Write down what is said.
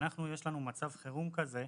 כשיש לנו מצב חירום כזה,